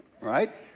right